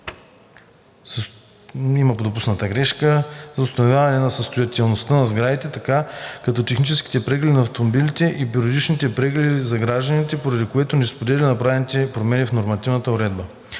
са необходими за установяване на състоянието на сградите, така, както техническите прегледи за автомобилите и периодичните прегледи за гражданите, поради което не споделя направените промени в нормативната уредба.